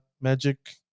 magic